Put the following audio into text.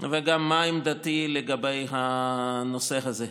וגם בעמדתי בנושא הזה.